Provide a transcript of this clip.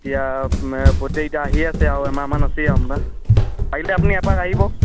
এতিয়া প্ৰত্যেক এতিয়া আহি আছে আৰু এমাহমান আছেই আপোনাৰ আহিলে আপুনি এপাক আহিব